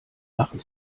lachen